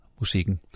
musikken